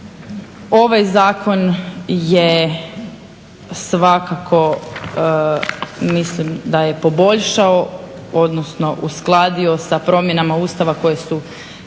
ovaj zakon je svakako mislim da je poboljšao, odnosno uskladio sa promjenama Ustava koje su